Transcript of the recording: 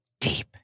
Deep